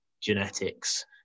genetics